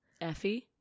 Effie